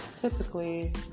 Typically